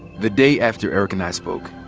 the day after eric and i spoke,